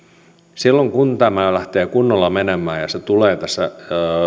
silloin kun tämä lähtee kunnolla menemään ja ja se tulee tässä